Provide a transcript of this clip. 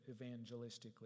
evangelistically